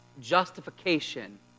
justification